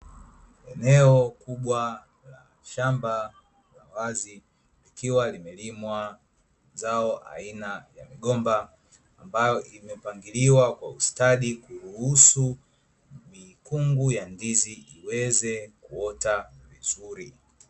Eneo kubwa la shamba la wazi likiwa limelimwa zao aina ya migomba, ambayo imepangiliwa kwa ustadi kuruhusu mikungu ya ndizi iweze kuota vizuri.